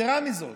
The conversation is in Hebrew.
יתרה מזו,